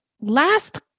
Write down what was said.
last